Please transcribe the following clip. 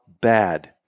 bad